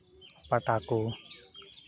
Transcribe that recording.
ᱯᱟᱴᱟ ᱠᱚ